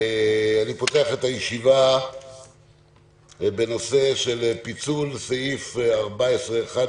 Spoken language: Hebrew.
אני פותח את הישיבה בנושא פיצול סעיף 14(1)